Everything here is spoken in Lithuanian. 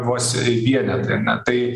vos vienetai ar ne tai